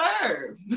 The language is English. sir